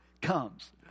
comes